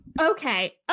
okay